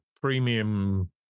premium